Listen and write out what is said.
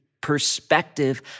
perspective